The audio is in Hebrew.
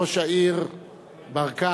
ראש העיר ברקת,